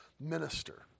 minister